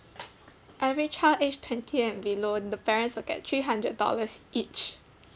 every child aged twenty and below the parents will get three hundred dollars each